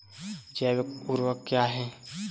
जैव ऊर्वक क्या है?